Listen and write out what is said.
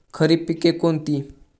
खरीप पिके कोणती?